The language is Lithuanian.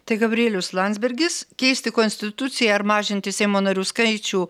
tai gabrielius landsbergis keisti konstituciją ar mažinti seimo narių skaičių